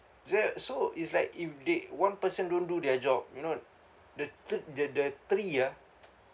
ya so it's like if they one person don't do their job you know the the the the tree ah